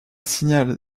signal